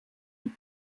die